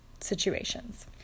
situations